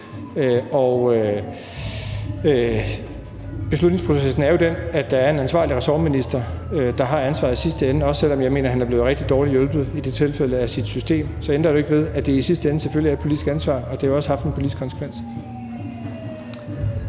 Beslutningsprocessen er jo den, at der er en ansvarlig ressortminister, som i sidste ende har ansvaret. Selv om jeg mener, at han er blevet rigtig dårligt hjulpet af sit system, ændrer det ikke ved, at der i sidste ende selvfølgelig er et politisk ansvar, og det har jo også haft en politisk konsekvens.